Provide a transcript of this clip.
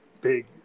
big